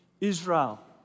Israel